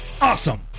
Awesome